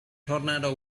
tornado